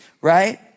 right